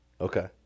Okay